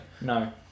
No